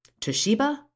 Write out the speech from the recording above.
Toshiba